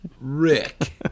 Rick